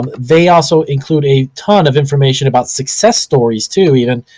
um they also include a ton of information about success stories, too, even,